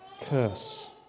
curse